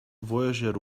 voyager